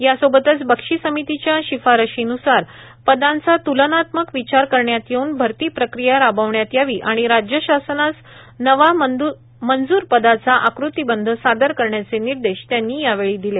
यासोबतच बक्षी समितीच्या शिफारशीन्सार पदांचा त्लनात्मक विचार करण्यात येऊन भरती प्रक्रिया राबविण्यात यावी आणि राज्य शासनास नवा मंजूर पदाचा आकृतीबंध सादर करण्याचे निर्देश त्यांनी यावेळी दिले